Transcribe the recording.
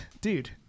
dude